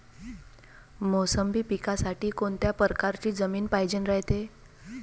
मोसंबी पिकासाठी कोनत्या परकारची जमीन पायजेन रायते?